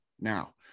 Now